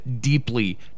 deeply